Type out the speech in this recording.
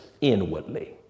inwardly